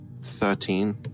thirteen